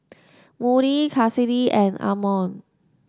Moody Kassidy and Amon